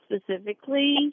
specifically